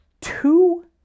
two